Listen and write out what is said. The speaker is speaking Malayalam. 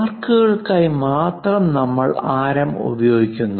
ആർക്കുകൾക്കായി മാത്രം നമ്മൾ ആരം ഉപയോഗിക്കുന്നു